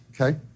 okay